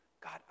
God